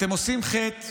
אתם עושים חטא